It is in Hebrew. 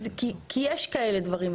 כי יש כאלה דברים.